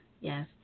Yes